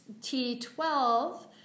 T12